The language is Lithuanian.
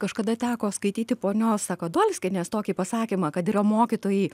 kažkada teko skaityti ponios sakadolskienės tokį pasakymą kad yra mokytojai